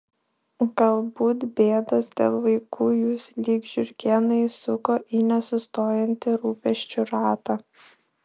galbūt bėdos dėl vaikų jus lyg žiurkėną įsuko į nesustojantį rūpesčių ratą